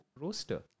roaster